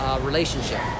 relationship